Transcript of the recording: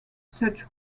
such